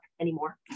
anymore